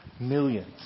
Millions